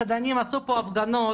מסעדנים עשו פה הפגנות,